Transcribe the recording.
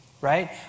right